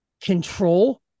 control